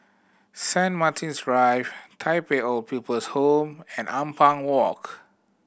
Saint Martin's Drive Tai Pei Old People's Home and Ampang Walk